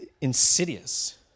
insidious